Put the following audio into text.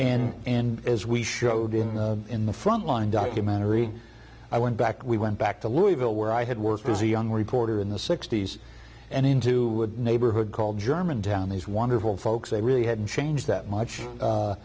and as we showed in the in the frontline documentary i went back we went back to louisville where i had worked as a young reporter in the sixty's and into a neighborhood called germantown these wonderful folks they really hadn't changed that much